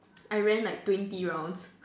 I ran like twenty rounds